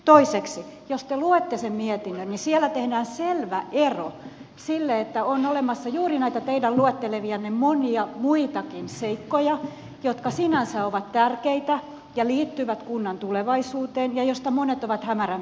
toiseksi jos te luette sen mietinnön niin siellä tehdään selvä ero sille että on olemassa juuri näitä luettelemianne monia muitakin seikkoja jotka sinänsä ovat tärkeitä ja liittyvät kunnan tulevaisuuteen ja joista monet ovat hämärän peitossa